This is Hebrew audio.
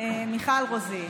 מיכל רוזין,